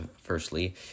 firstly